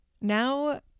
Now